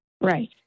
Right